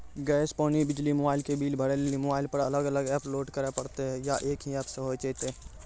Gas, पानी, बिजली, mobile के बिल भरे लेली मोबाइल पर अलग अलग एप्प लोड करे परतै या एक ही एप्प से होय जेतै?